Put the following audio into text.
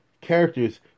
characters